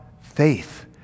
faith